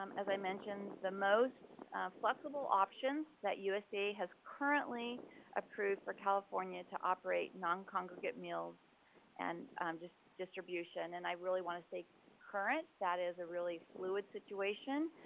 um as i mentioned, the most flexible options that usda has currently approved for california to operate non-congregate meals and um distribution and i really want to stay current. that is a really fluid situation.